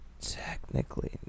technically